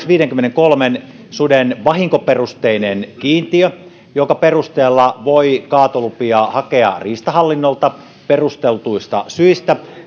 viidenkymmenenkolmen suden vahinkoperusteinen kiintiö jonka perusteella voi kaatolupia hakea riistahallinnolta perustelluista syistä